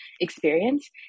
experience